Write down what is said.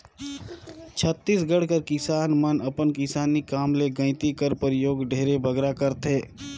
छत्तीसगढ़ कर किसान मन अपन किसानी काम मे गइती कर परियोग ढेरे बगरा करथे